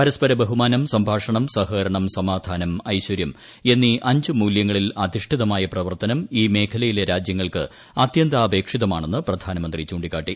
പരസ്പര ബഹുമാനം സംഭാഷണം സഹകരണം സമാധാനം ഐശ്വരൃം എന്നീ അഞ്ച് മൂല്യങ്ങളിൽ അധിഷ്ഠിതമായ പ്രവർത്തനം ഈ മേഖലയിലെ രാജ്യങ്ങൾക്ക് അത്യന്താപേക്ഷിതമാണെന്ന് പ്രധാനമന്ത്രി ചൂണ്ടിക്കാട്ടി